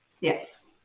Yes